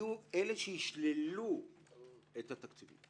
יהיו אלה שישללו את התקציבים.